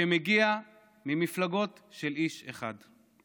שמגיע ממפלגות של איש אחד.